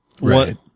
Right